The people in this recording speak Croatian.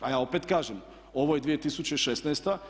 A ja opet kažem ovo je 2016.